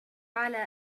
على